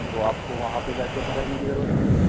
تو آپ کو وہاں پہ جا کے تو رہنے کی ضرورت نہیں تھی